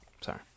Sorry